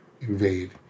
invade